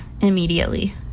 immediately